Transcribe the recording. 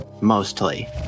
mostly